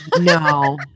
no